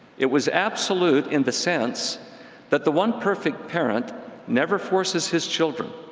it was absolute in the sense that the one perfect parent never forces his children.